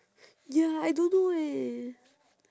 ya I don't know eh